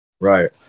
Right